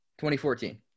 2014